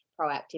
proactive